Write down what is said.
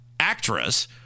Actress